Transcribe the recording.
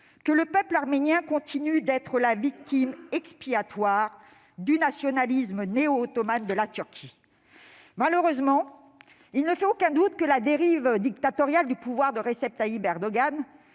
que le peuple arménien continue d'être la victime expiatoire du nationalisme néo-ottoman de la Turquie. Malheureusement, il ne fait aucun doute que la dérive dictatoriale du pouvoir de Recep Tayyip Erdogan,